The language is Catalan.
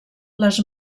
les